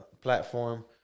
platform